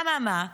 אממה,